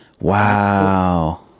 Wow